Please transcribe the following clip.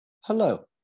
hello